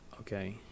okay